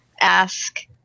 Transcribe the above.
ask